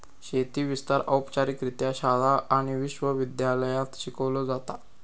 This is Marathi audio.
शेती विस्तार औपचारिकरित्या शाळा आणि विश्व विद्यालयांत शिकवलो जाता